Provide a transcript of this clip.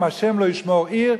אם השם לא ישמור עיר,